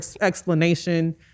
explanation